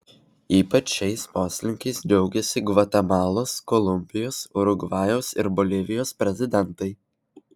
ypač šiais poslinkiais džiaugiasi gvatemalos kolumbijos urugvajaus ir bolivijos prezidentai